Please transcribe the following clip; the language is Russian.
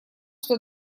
что